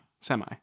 Semi